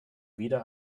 wieder